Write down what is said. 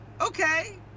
okay